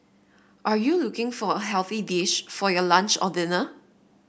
are you looking for a healthy dish for your lunch or dinner